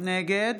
נגד